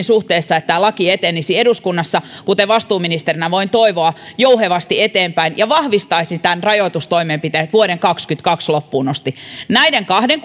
suhteessa että tämä laki etenisi eduskunnassa kuten vastuuministerinä voin toivoa jouhevasti eteenpäin ja vahvistaisi nämä rajoitustoimenpiteet vuoden kaksikymmentäkaksi loppuun asti näiden kahden